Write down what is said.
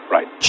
Right